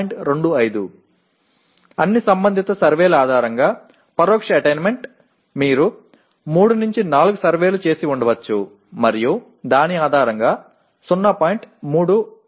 தொடர்புடைய அனைத்து ஆய்வுகளின் அடிப்படையில் மறைமுக அடைதல் ஒருவேளை நீங்கள் 3 4 கணக்கெடுப்புகளைச் செய்திருக்கலாம் மற்றும் அதன் அடிப்படையில் 0